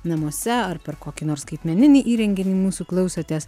namuose ar per kokį nors skaitmeninį įrenginį mūsų klausotės